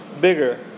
bigger